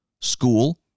school